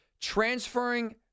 transferring